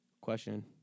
Question